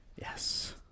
Yes